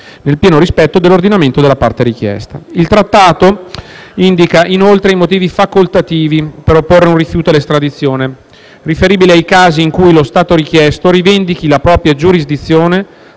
nel pieno rispetto dell'ordinamento della parte richiesta. Il Trattato indica inoltre i motivi facoltativi per opporre un rifiuto all'estradizione, riferibili ai casi in cui lo Stato richiesto rivendichi la propria giurisdizione